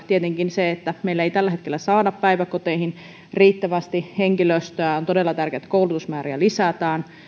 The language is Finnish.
tietenkin meillä ei tällä hetkellä saada päiväkoteihin riittävästi henkilöstöä on todella tärkeää että koulutusmääriä lisätään